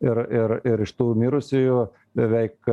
ir ir ir iš tų mirusiųjų beveik